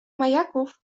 majaków